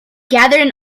gathered